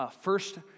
first